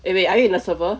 eh wait are you in the server